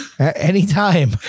Anytime